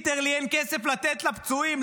literally אין כסף לתת לפצועים,